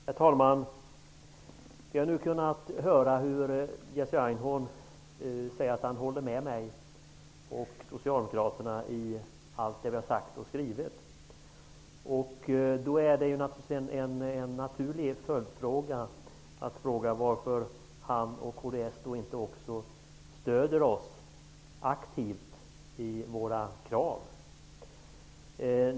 Herr talman! Vi har nu kunnat höra Jerzy Einhorn säga att han håller med mig och Socialdemokraterna i allt som vi har sagt och skrivit. En naturlig följdfråga blir då varför han och kds inte stöder oss aktivt i våra krav.